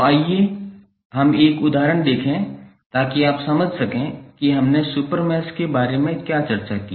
तो आइए हम एक उदाहरण देखें ताकि आप समझ सकें कि हमने सुपर मैश के बारे में क्या चर्चा की